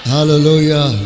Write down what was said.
Hallelujah